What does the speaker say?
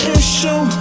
issue